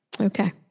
okay